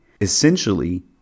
Essentially